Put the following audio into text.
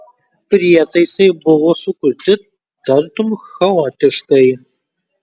prietaisai buvo sukurti tartum chaotiškai